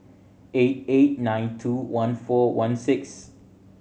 eight eight nine two one four one six